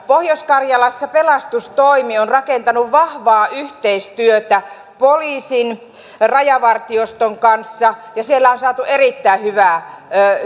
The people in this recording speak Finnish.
pohjois karjalassa pelastustoimi on rakentanut vahvaa yhteistyötä poliisin ja rajavartioston kanssa ja siellä on saatu erittäin hyvää